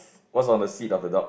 what's on the seat of the dog